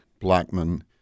Blackman